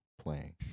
playing